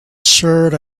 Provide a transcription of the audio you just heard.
shirt